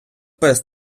пес